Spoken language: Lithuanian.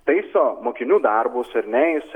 taiso mokinių darbus ar ne jis